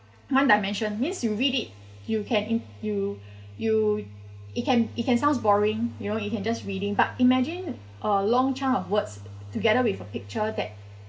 one dimension means you read it you can in~ you you it can it can sounds boring you know you can just reading but imagine uh long chunk of words together with a picture that